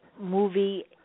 movie